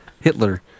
Hitler